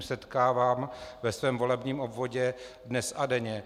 Setkávám se s tím ve svém volebním obvodě dnes a denně.